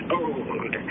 old